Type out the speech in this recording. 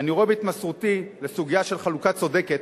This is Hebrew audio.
אני רואה בהתמסרותי לסוגיה של חלוקה צודקת